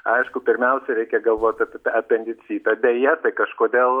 aišku pirmiausia reikia galvot apie apendicitą deja tai kažkodėl